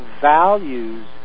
values